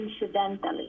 incidentally